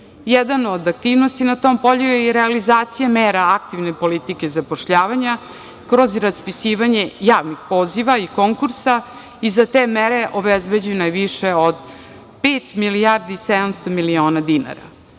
Jedna od aktivnosti na tom polju je i realizacija mera aktivne politike zapošljavanja kroz raspisivanje javnih poziva i konkursa i za te mere obezbeđene je više od pet milijardi 700 miliona dinara.